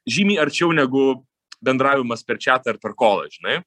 žymiai arčiau negu bendravimas per čiatą ar per kolą žinai